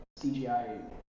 CGI